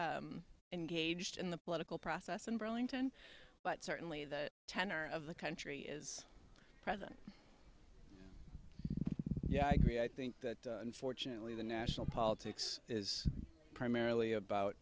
engaged in the political process in burlington but certainly the tenor of the country is present yeah i agree i think that unfortunately the national politics is primarily about